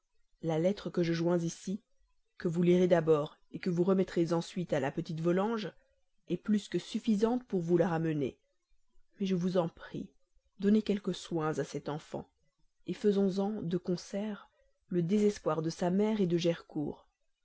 la lettre que je joins ici que vous lirez d'abord que vous remettrez ensuite à la petite volanges est plus que suffisante pour vous la ramener mais je vous en prie donnez quelques soins à cet enfant faisons-en de concert le désespoir de sa mère de gercourt